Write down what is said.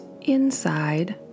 inside